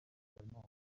brutalement